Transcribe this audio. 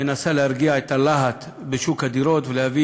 מנסות להרגיע את הלהט בשוק הדירות ולהביא